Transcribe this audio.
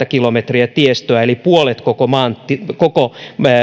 kilometriä tiestöä eli puolet koko